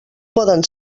poden